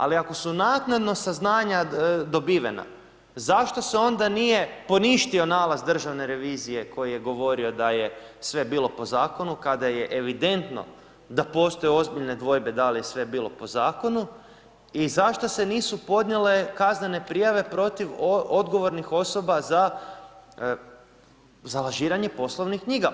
Ali, ako su naknadno saznanja dobivena, zašto se onda nije poništio nalaz državne revizije koji je govorio da je sve bilo po zakonu kada je evidentno da postoje ozbiljne dvojbe da li je sve bilo po zakonu i zašto se nisu podnijele kaznene prijave protiv odgovornih osoba za lažiranje poslovnih knjiga?